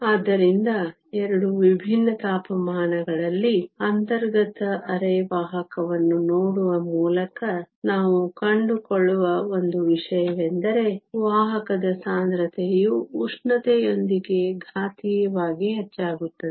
ಆದ್ದರಿಂದ 2 ವಿಭಿನ್ನ ತಾಪಮಾನಗಳಲ್ಲಿ ಅಂತರ್ಗತ ಅರೆವಾಹಕವನ್ನು ನೋಡುವ ಮೂಲಕ ನಾವು ಕಂಡುಕೊಳ್ಳುವ ಒಂದು ವಿಷಯವೆಂದರೆ ವಾಹಕದ ಸಾಂದ್ರತೆಯು ಉಷ್ಣತೆಯೊಂದಿಗೆ ಘಾತೀಯವಾಗಿ ಹೆಚ್ಚಾಗುತ್ತದೆ